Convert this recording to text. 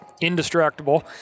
indestructible